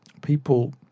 people